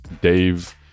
Dave